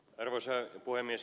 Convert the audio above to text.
arvoisa puhemies